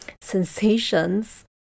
sensations